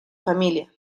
familia